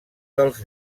dels